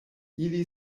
ili